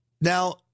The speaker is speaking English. Now